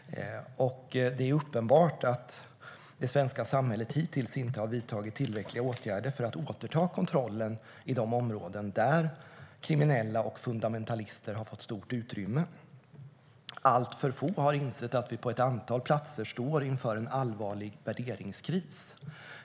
Det är uppenbart att det svenska samhället hittills inte har vidtagit tillräckliga åtgärder för att återta kontrollen i de områden där kriminella och fundamentalister har fått stort utrymme. Alltför få har insett att vi på ett antal platser står inför en allvarlig värderingskris.